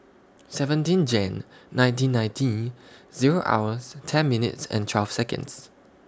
seventeen Jane nineteen ninety Zero hours ten minutes and twelve Seconds